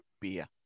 beer